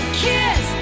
kiss